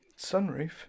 Sunroof